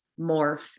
morph